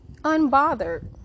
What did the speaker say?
unbothered